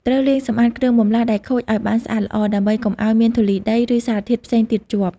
ត្រូវលាងសម្អាតគ្រឿងបន្លាស់ដែលខូចឲ្យបានស្អាតល្អ ដើម្បីកុំឲ្យមានធូលីដី ឬសារធាតុផ្សេងទៀតជាប់។